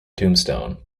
tombstone